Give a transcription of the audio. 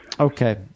Okay